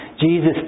Jesus